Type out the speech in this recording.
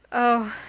oh,